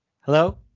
hello